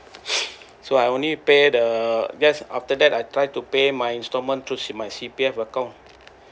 so I only pay the just after that I try to pay my instalment through my C_P_F account